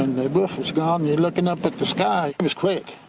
was gone. you're looking up at the sky. it was quick.